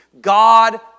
God